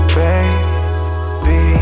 baby